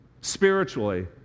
spiritually